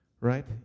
right